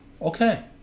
Okay